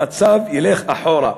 המצב ילך אחורה.